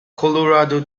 colorado